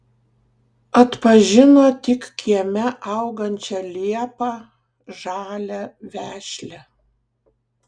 atpažino tik kieme augančią liepą žalią vešlią